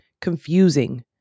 confusing